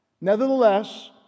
Nevertheless